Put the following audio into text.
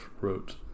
wrote